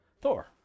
Thor